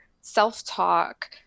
self-talk